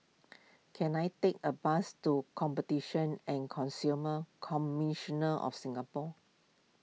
can I take a bus to Competition and Consumer Commissioner of Singapore